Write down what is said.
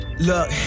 Look